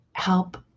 help